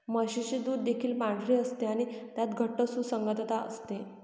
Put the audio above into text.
म्हशीचे दूध देखील पांढरे असते आणि त्यात घट्ट सुसंगतता असते